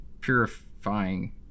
purifying